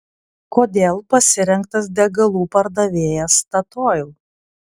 kodėl pasirinktas degalų pardavėjas statoil